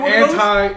anti